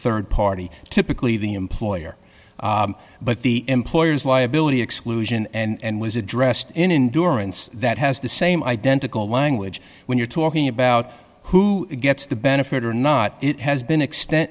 rd party typically the employer but the employer's liability exclusion and was addressed in durance that has the same identical language when you're talking about who gets the benefit or not it has been extent